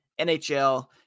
NHL